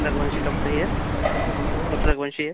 Raghuvanshi doctor here doctor Raghuvanshi है